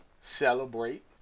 celebrate